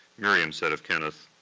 miriam said of kenneth,